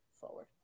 forward